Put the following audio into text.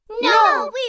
No